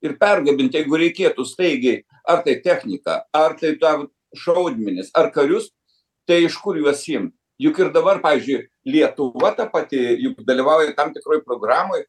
ir pergabent jeigu reikėtų staigiai ar tai techniką ar tai ten šaudmenis ar karius tai iš kur juos im juk ir dabar pavyzdžiui lietuva ta pati juk dalyvauja tam tikroj programoj